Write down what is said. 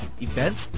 events